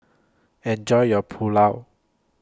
Enjoy your Pulao